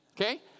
okay